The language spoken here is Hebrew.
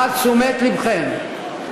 נא תשומת לבכם,